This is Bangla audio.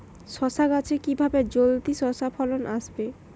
শশা গাছে কিভাবে জলদি শশা ফলন আসবে?